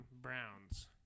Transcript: Browns